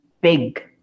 big